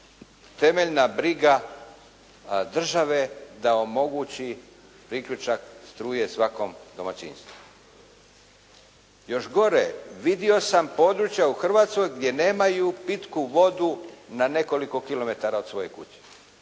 temeljna briga države da omogući priključak struje svakom domaćinstvu. Još gore, vidio sam područja u Hrvatskoj gdje nemaju pitku vodu na nekoliko kilometara od svoje kuće